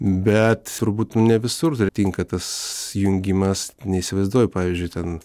bet turbūt ne visur dar tinka tas jungimas neįsivaizduoju pavyzdžiui ten